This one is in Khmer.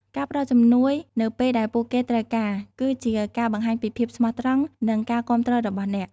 ការផ្តល់ជំនួយនៅពេលដែលពួកគេត្រូវការ គឺជាការបង្ហាញពីភាពស្មោះត្រង់និងការគាំទ្ររបស់អ្នក។